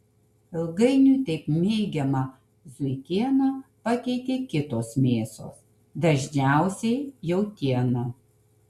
ilgainiui taip mėgiamą zuikieną pakeitė kitos mėsos dažniausiai jautiena